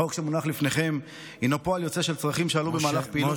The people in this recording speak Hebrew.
החוק שמונח לפניכם הינו פועל יוצא של צרכים שעלו במהלך פעילות,